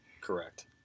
Correct